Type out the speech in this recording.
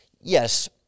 yes